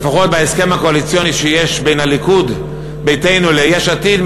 לפחות בהסכם הקואליציוני שיש בין הליכוד ביתנו ליש עתיד,